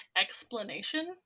explanation